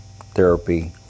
therapy